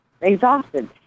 exhausted